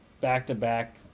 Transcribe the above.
back-to-back